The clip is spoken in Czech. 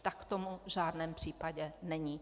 Tak tomu v žádném případě není.